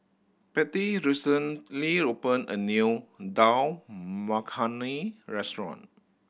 Pattie recently opened a new Dal Makhani Restaurant